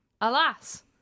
Alas